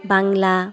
Bangla